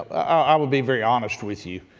i will be very honest with you.